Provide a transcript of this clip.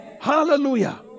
Hallelujah